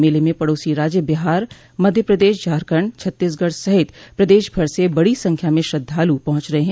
मेले में पड़ोसी राज्य बिहार मध्य प्रदेश झारखंड छत्तीसगढ़ सहित प्रदेश भर से बड़ी सख्या में श्रद्वालु पहुंच रहे हैं